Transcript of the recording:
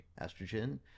estrogen